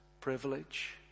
privilege